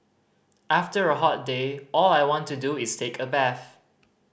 after a hot day all I want to do is take a bath